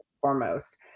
foremost